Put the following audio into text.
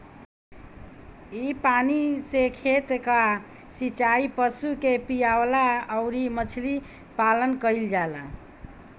इ पानी से खेत कअ सिचाई, पशु के पियवला अउरी मछरी पालन कईल जाला